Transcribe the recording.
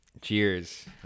Cheers